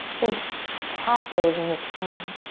think cat pose in the spine.